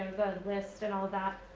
list and all of that,